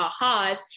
ahas